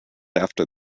after